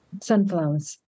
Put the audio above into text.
sunflowers